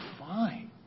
fine